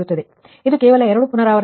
ಆದ್ದರಿಂದ ಇದು ಕೇವಲ ಎರಡು ಪುನರಾವರ್ತನೆಗಳು